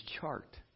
chart